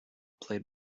played